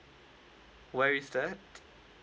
where is that